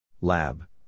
Lab